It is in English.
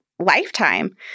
lifetime